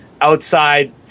outside